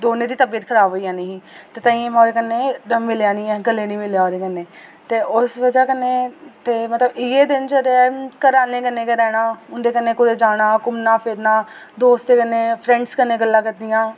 दौनें दी तबीयत खराब होई जानी ही ते ताहियें में ओह्दे कन्नै मिलेआ निं ऐ गले निं मिलेआ ओह्दे कन्नै ते उस बजह् कन्नै ते मतलब इ'यै जि'न छड्डेआ घर आह्ले कन्नै गै रैह्ना उं'दे कन्नै कुदै जाना घूमना फिरना दोस्तें कन्नै फ्रेंड्स कन्नै गल्लां करनियां